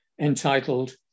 entitled